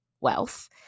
wealth